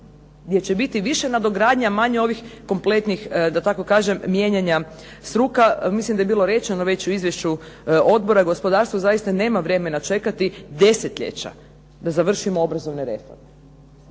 gdje će biti više nadogradnje, a manje ovih komplentih, da tako kažem, mijenjanja struka. Mislim da je bilo rečeno već u izvješću odbora, gospodarstvo zaista nema vremena čekati desetljeća da završimo obrazovne reforme.